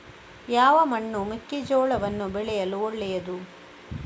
ಯಾವ ಮಣ್ಣು ಮೆಕ್ಕೆಜೋಳವನ್ನು ಬೆಳೆಯಲು ಒಳ್ಳೆಯದು?